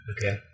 Okay